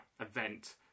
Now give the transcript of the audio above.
event